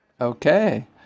Okay